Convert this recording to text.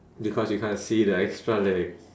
because you can't see the extra leg